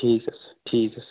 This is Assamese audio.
ঠিক আছে ঠিক আছে